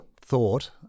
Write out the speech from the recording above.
thought